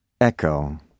Echo